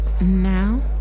Now